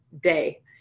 day